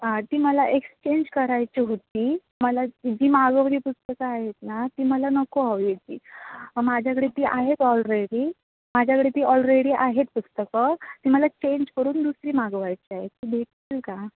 ती मला एक्सचेंज करायची होती मला जी मागवली पुस्तकं आहेत ना ती मला नको हवी होती माझ्याकडे ती आहेत ऑलरेडी माझ्याकडे ती ऑलरेडी आहेत पुस्तकं ती मला चेंज करून दुसरी मागवायची आहेत ती भेटतील का